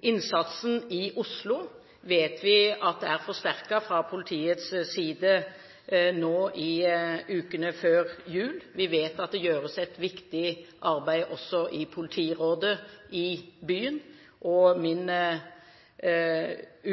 Innsatsen i Oslo vet vi er forsterket fra politiets side nå i ukene før jul. Vi vet at det gjøres et viktig arbeid også i politirådet i byen. Min